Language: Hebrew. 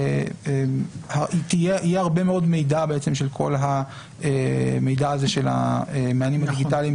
יהיה הרבה מאוד מידע של כל המענים הדיגיטליים